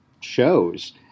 shows